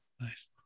nice